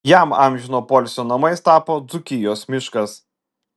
jam amžino poilsio namais tapo dzūkijos miškas